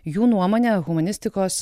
jų nuomone humanistikos